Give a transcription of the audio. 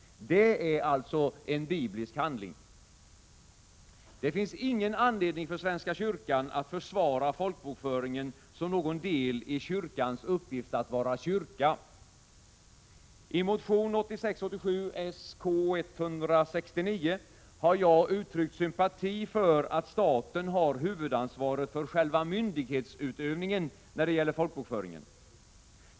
Det är alltså en biblisk handling ... Det finns ingen anledning för svenska kyrkan att försvara folkbokföringen som någon del i kyrkans uppgift att vara kyrka. I motion 1986/87:Sk169 har jag uttryckt sympati för att staten har huvudansvaret för själva myndighetsutövningen när det gäller folkbokföringen.